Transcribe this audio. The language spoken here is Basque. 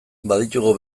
baditugu